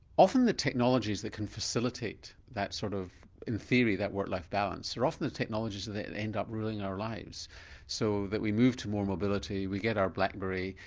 often the technologies that can facilitate that sort of in theory that work life balance are often the technologies and that and end up ruling our lives so that we move to more mobility, we get our blackberry,